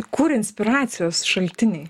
kur inspiracijos šaltiniai